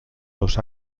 los